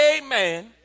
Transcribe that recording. Amen